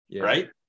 Right